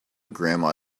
grandma